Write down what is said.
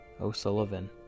O'Sullivan